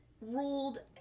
ruled